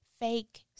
fake